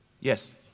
yes